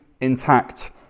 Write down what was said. intact